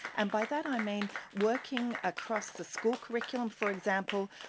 and by that i mean working across the school curriculum for example,